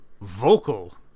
vocal